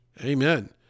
Amen